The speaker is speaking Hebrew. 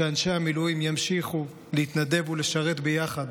שאנשי המילואים ימשיכו להתנדב ולשרת ביחד